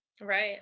Right